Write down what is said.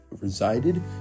resided